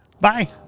Bye